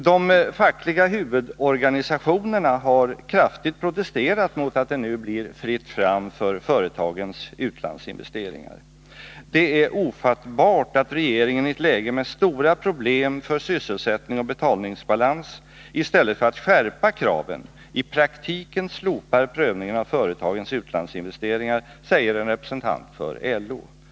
De fackliga huvudorganisationerna har kraftigt protesterat mot att det nu blir fritt fram för företagens utlandsinvesteringar. ”Det är ofattbart att regeringen i ett läge med stora problem för sysselsättning och betalningsbalansi stället för att skärpa kraven i praktiken slopar prövningen av företagens utlandsinvesteringar”, säger en representant för LO.